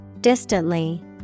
Distantly